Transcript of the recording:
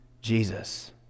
Jesus